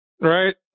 Right